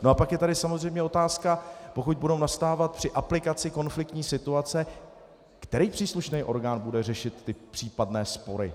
A pak je tady samozřejmě otázka, pokud budou nastávat při aplikaci konfliktní situace, který příslušný orgán bude řešit případné spory.